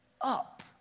up